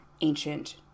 ancient